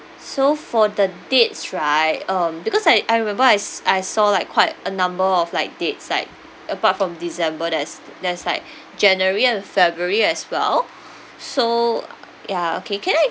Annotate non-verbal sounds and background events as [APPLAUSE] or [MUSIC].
so for the dates right um because I I remember I s~ I saw like quite a number of like dates like apart from december there's there's like [BREATH] january and february as well [BREATH] so uh ya okay can I